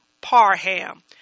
Parham